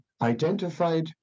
identified